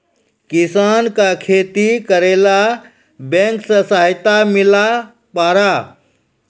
किसान का खेती करेला बैंक से सहायता मिला पारा?